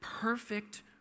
perfect